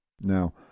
Now